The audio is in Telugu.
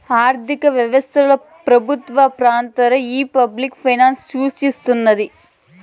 ఆర్థిక వ్యవస్తల పెబుత్వ పాత్రేంటో ఈ పబ్లిక్ ఫైనాన్స్ సూస్తున్నాది